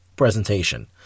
presentation